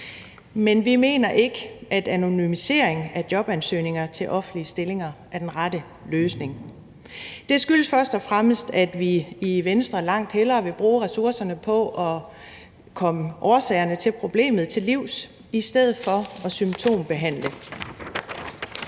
Men vi mener ikke, at anonymisering af jobansøgninger til offentlige stillinger er den rette løsning. Det skyldes først og fremmest, at vi i Venstre langt hellere vil bruge ressourcerne på at komme årsagerne til problemet til livs i stedet for at symptombehandle.